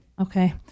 Okay